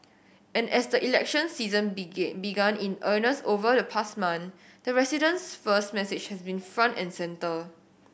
and as the election season begin began in earnest over the past month the residents first message has been front and centre